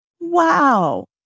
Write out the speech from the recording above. wow